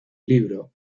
libro